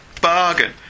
bargain